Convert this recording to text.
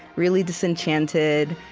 really disenchanted,